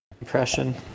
impression